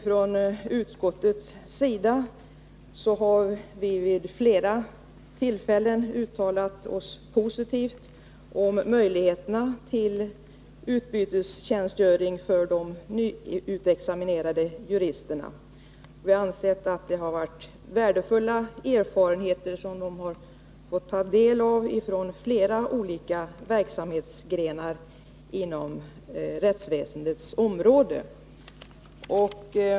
Från utskottets sida har vi vid flera tillfällen uttalat oss positivt om möjligheterna till utbytestjänstgöring för de nyutexaminerade juristerna. Vi har ansett att det har varit värdefulla erfarenheter som de har fått ta del av från flera olika verksamhetsgrenar inom rättsväsendet.